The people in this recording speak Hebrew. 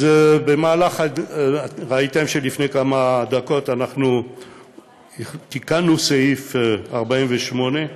אז ראיתם שלפני כמה דקות אנחנו תיקנו את סעיף 48,